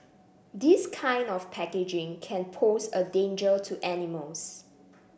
this kind of packaging can pose a danger to animals